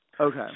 Okay